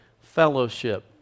fellowship